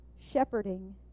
shepherding